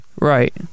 Right